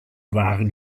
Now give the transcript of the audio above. waren